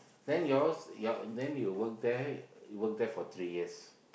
then you all your then you work there you work there for three years